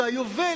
והיובל,